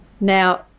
Now